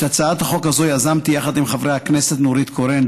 את הצעת החוק הזאת יזמתי יחד עם חברי הכנסת נורית קורן,